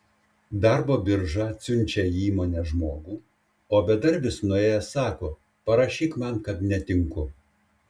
darbo birža atsiunčia į įmonę žmogų o bedarbis nuėjęs sako parašyk man kad netinku